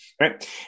right